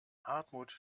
hartmut